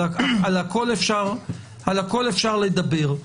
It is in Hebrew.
על הכול אפשר לדבר,